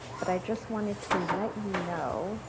but i just wanted to let you know